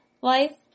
life